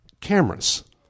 cameras